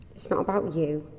so about and you,